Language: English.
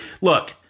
look